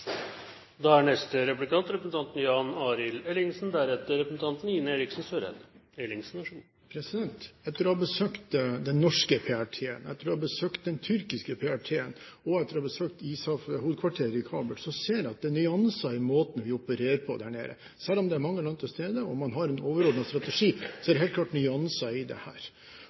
Etter å ha besøkt den norske PRT-en, etter å ha besøkt den tyrkiske PRT-en, og etter å ha besøkt ISAF-hovedkvarteret i Kabul ser jeg at det er nyanser i måten vi opererer på der nede. Selv om det er mange land til stede, og man har en overordnet strategi, er det helt klart nyanser i dette. Det